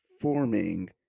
forming